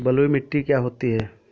बलुइ मिट्टी क्या होती हैं?